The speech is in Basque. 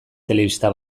telebista